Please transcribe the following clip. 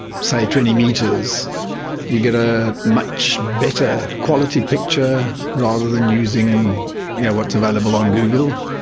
say, twenty metres you get a much better quality picture, rather than using yeah what's available on google.